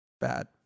bad